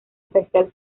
especial